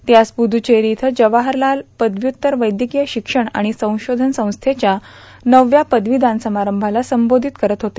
ते आज पुद्च्चेरो येथे जवाहरलाल पदव्युत्तर वैद्यकोय शिक्षण आर्ाण संशोधन संस्थेच्या नवव्या पदवीदान समारंभाला संबोधित करत होते